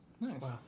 Nice